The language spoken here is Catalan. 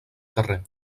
carrer